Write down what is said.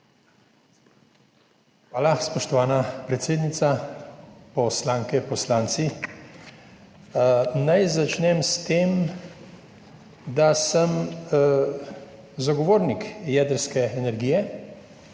Hvala, spoštovana predsednica. Poslanke, poslanci! Naj začnem s tem, da sem zagovornik jedrske energije